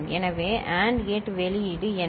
எனவே AND gate வெளியீடு என்ன